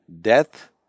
Death